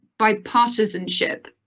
bipartisanship